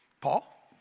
Paul